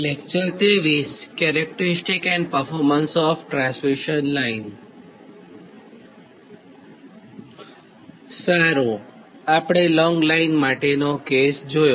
સારું આપણે long line માટેનો કેસ જોયો